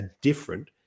different